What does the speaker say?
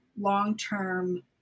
long-term